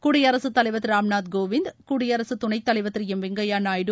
குடியரகத்தலைவர் திரு ராம்நாத் கோவிந்த் குடியரகத் துணைத் தலைவர் திரு எம் வெங்கைப்யா நாயுடு